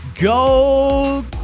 Go